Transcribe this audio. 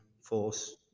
force